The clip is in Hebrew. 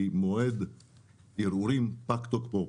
כי מועד הערעורים פג תוקפו.